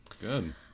good